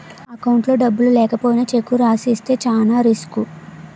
అకౌంట్లో డబ్బులు లేకపోయినా చెక్కు రాసి ఇస్తే చానా రిసుకు